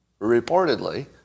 reportedly